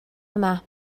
yma